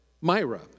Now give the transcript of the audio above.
Myra